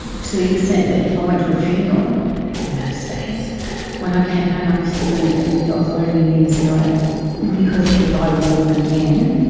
to the extent that if i went to a funeral back in those days when i came home i used to burn everything i was wearing in the incinerator because if i wore them again,